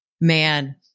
man